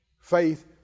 Faith